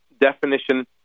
definition